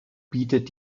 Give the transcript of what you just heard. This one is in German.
bietet